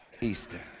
Easter